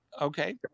okay